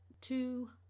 two